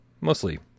mostly